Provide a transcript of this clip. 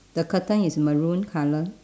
the curtain is maroon colour